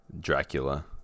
dracula